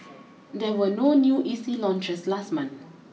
there were no new E C launches last month